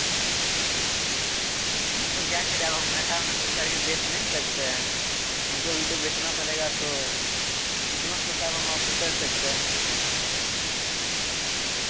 हाँ तो क्या करें अब हम घाटा में करके बेच नहीं न सकते हैं हमको भी तो बेचना पड़ेगा तो कितना सस्ता अब हम आपको कर सकते हैं